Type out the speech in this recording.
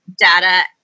data